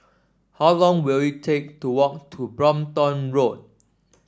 how long will it take to walk to Brompton Road